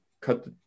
cut